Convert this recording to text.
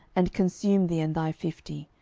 and consume thee and thy fifty.